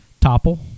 Topple